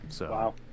Wow